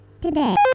today